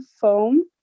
foam